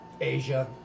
Asia